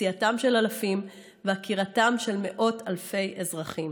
פציעתם של אלפים ועקירתם של מאות אלפי אזרחים.